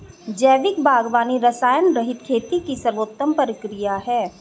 जैविक बागवानी रसायनरहित खेती की सर्वोत्तम प्रक्रिया है